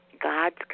God's